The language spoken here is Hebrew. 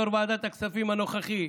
יושב-ראש ועדת הכספים הנוכחי: